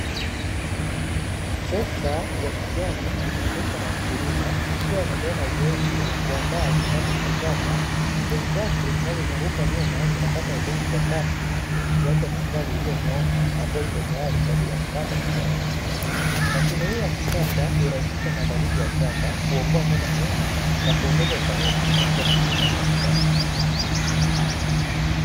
Trekta ya kijani inaendeshwa na mkulima, ikiwa inaendelea na zoezi ya kuandaa kipande cha shamba sehemu zake zinazozunguka nyuma zinakata udongo kwa kasi, zikiacha mistari iliyonyooka ambayo iko tayari kwa ajili ya kupanda mimea, mashine hii ya kisasa kurahisisha maandalizi ya shamba kuokoa muda mwingi na kuongeza ufanisi katika kilimo cha kisasa.